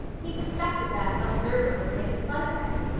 he suspected that observer was making fun of him.